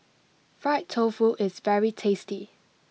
Fried Tofu is very tasty